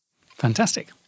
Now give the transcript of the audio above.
Fantastic